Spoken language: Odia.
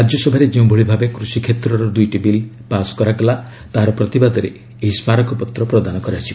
ରାଜ୍ୟସଭାରେ ଯେଉଁଭଳି ଭାବେ କୃଷି କ୍ଷେତ୍ରର ଦୁଇଟି ବିଲ୍ ପାସ୍ କରାଗଲା ତାହାର ପ୍ରତିବାଦରେ ଏହି ସ୍ମାରକପତ୍ର ପ୍ରଦାନ କରାଯିବ